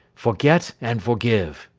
forget and forgive